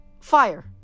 Fire